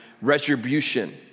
retribution